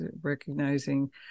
recognizing